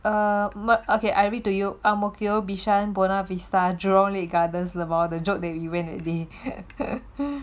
err okay I read to you ang mo kio bishan buona vista jurong lake gardens lmao the joke that we went that day